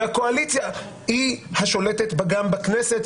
הקואליציה היא השולטת גם בכנסת,